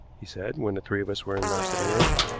he said, when the three of us were in our sitting-room.